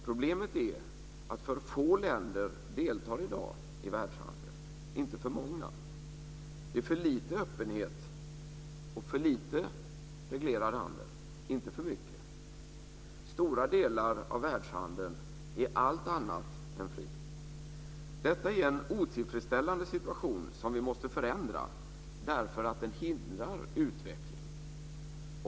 Problemet är att för få länder deltar i dag i världshandeln, inte för många. Det är för lite öppenhet, för lite reglerad handel, inte för mycket. Stora delar av världshandeln är allt annat än fri. Detta är en otillfredsställande situation som vi måste förändra därför att den hindrar utveckling.